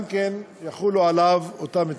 גם יחולו עליו אותם תנאים,